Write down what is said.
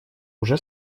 уже